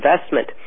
investment